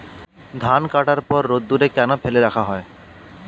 ধান কাটার পর রোদ্দুরে কেন ফেলে রাখা হয়?